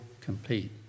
complete